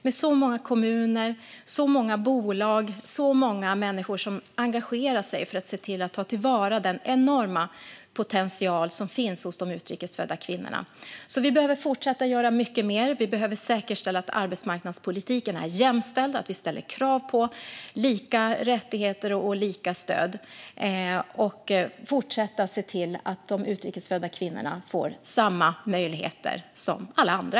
Det är så många kommuner, så många bolag och så många människor som engagerar sig för att se till att ta till vara den enorma potential som finns hos de utrikes födda kvinnorna. Vi behöver fortsätta att göra mycket mer. Vi behöver säkerställa att arbetsmarknadspolitiken är jämställd och att vi ställer krav på lika rättigheter och lika stöd. Det gäller att fortsätta att se till att de utrikes födda kvinnorna helt enkelt får samma möjligheter som alla andra.